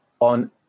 on